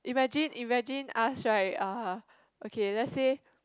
imagine imagine ask right uh okay let's say